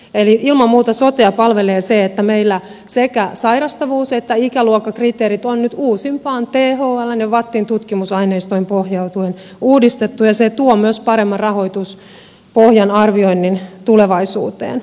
eli ilman muuta sotea palvelee se että meillä sekä sairastavuus että ikäluokkakriteerit on nyt uusimpiin thln ja vattin tutkimusaineistoihin pohjautuen uudistettu ja se tuo myös paremman rahoituspohjan arvioinnin tulevaisuuteen